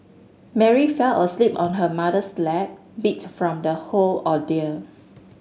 Mary fell asleep on her mother's lap beat from the whole ordeal